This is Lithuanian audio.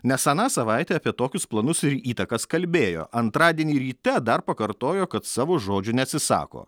nes aną savaitę apie tokius planus ir įtakas kalbėjo antradienį ryte dar pakartojo kad savo žodžių neatsisako